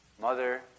mother